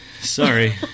Sorry